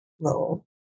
role